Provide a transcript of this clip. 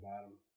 bottom